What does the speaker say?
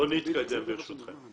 בואו נתקדם ברשותכם.